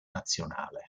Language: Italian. nazionale